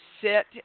sit